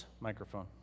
Microphone